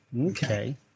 Okay